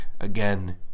again